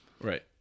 Right